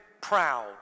proud